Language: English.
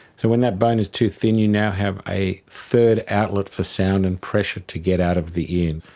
so when that bone is too thin, you now have a third outlet for sound and pressure to get out of the ear.